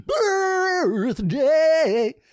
birthday